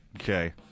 Okay